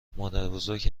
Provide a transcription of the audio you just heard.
مادربزرگ